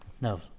no